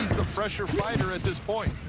pressure fighter at this point.